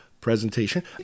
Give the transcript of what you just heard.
presentation